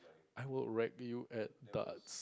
I would wreck you at dust